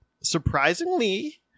surprisingly